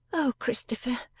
oh christopher!